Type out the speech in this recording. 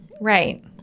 Right